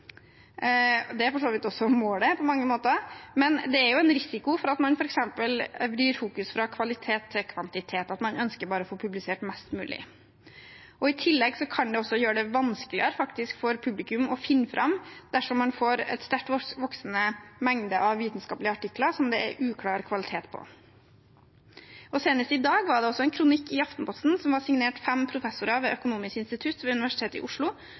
Det er for så vidt også målet på mange måter, men det er jo en risiko for at man f.eks. vrir fokus fra kvalitet til kvantitet, at man bare ønsker å få publisert mest mulig. I tillegg kan det faktisk gjøre det vanskeligere for publikum å finne fram dersom man får en sterkt voksende mengde av vitenskapelige artikler som det er uklar kvalitet på. Senest i dag var det også en kronikk i Aftenposten som var signert fem professorer ved Økonomisk institutt ved Universitetet i Oslo,